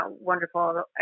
wonderful